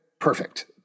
Perfect